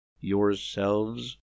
yourselves